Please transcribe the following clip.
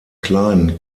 kleinen